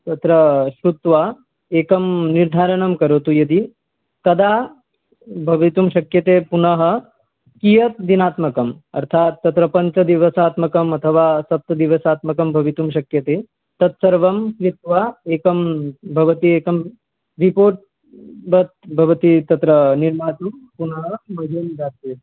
तत्र श्रुत्वा एकं निर्धारणं करोतु यदि तदा भवितुं शक्यते पुनः कियत् दिनात्मकम् अर्थात् तत्र पञ्चदिवसात्मकम् अथवा सप्तदिवसात्मकं भवितुं शक्यते तत् सर्वं कृत्वा एकं भवती एकं रिपोर्ट् भव् भवती तत्र निर्मातुं पुनः